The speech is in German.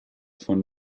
von